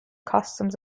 customs